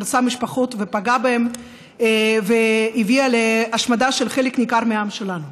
הרסה משפחות ופגעה בהן והביאה להשמדה של חלק ניכר מהעם שלנו.